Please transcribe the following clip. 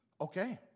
Okay